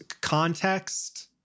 context